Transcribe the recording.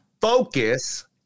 Focus